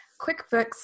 QuickBooks